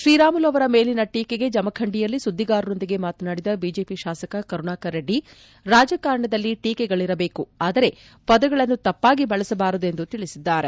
ಶ್ರೀರಾಮುಲು ಅವರ ಮೇಲಿನ ಟೀಕೆಗೆ ಜಮಖಂಡಿಯಲ್ಲಿ ಸುದ್ದಿಗಾರರೊಂದಿಗೆ ಮಾತನಾಡಿದ ಬಿಜೆಪಿ ಶಾಸಕ ಕರುಣಾಕರ ರೆದ್ದಿ ರಾಜಕಾರಣದಲ್ಲಿ ಟೀಕೆಗಳಿರಬೇಕು ಅದರೆ ಪದಗಳನ್ನು ತಪ್ಪಾಗಿ ಬಳಸಬಾರದು ಎಂದು ತಿಳಿಸಿದ್ದಾರೆ